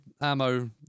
ammo